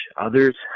others